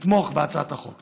לתמוך בהצעת החוק.